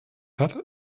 hat